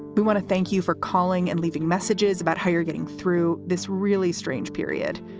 we want to thank you for calling and leaving messages about how you're getting through this really strange period.